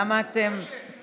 למה אתם, משה,